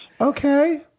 Okay